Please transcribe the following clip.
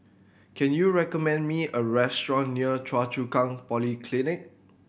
can you recommend me a restaurant near Choa Chu Kang Polyclinic